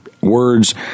words